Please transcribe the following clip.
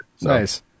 nice